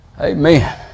Amen